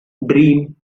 dream